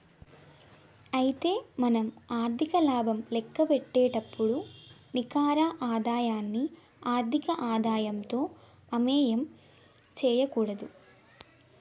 అయితే మనం ఆర్థిక లాభం లెక్కపెట్టేటప్పుడు నికర ఆదాయాన్ని ఆర్థిక ఆదాయంతో అయోమయం చేయకూడదు